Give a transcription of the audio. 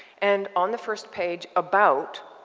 and on the first page, about,